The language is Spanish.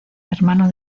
hermano